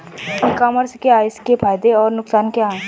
ई commerce क्या है इसके फायदे और नुकसान क्या है?